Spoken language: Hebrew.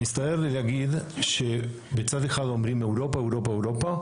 מצטער להגיד שבצד אחד אומרים אירופה אירופה אירופה,